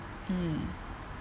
mm